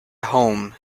home